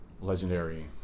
legendary